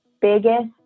biggest